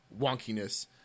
wonkiness